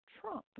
Trump